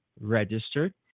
registered